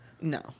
no